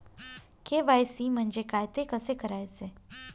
KYC म्हणजे काय? ते कसे करायचे?